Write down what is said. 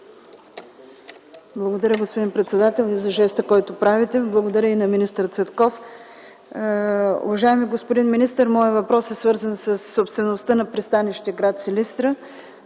Благодаря, господин председател за жеста, който правите. Благодаря и на министър Цветков. Уважаеми господин министър, моят въпрос е свързан със собствеността на пристанище гр. Силистра.